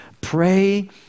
pray